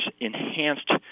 enhanced